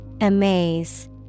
Amaze